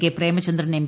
K Premachandran M